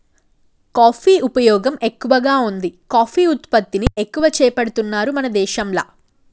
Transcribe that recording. coffee ఉపయోగం ఎక్కువగా వుంది కాఫీ ఉత్పత్తిని ఎక్కువ చేపడుతున్నారు మన దేశంల